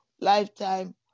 lifetime